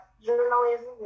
journalism